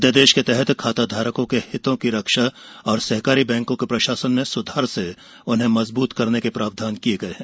अध्यादेश के तहत खाताधारकों के हितों की रक्षा और सहकारी बैंकों के प्रशासन में सुधार से उन्हें मजबूत करने के प्रावधान किये गए हैं